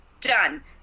Done